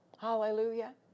Hallelujah